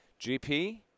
GP